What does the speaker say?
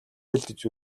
бэлдэж